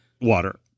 water